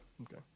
Okay